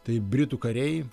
tai britų kariai